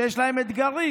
שיש להם אתגרים.